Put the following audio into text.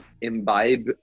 imbibe